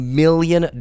million